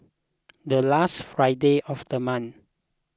the last Friday of the month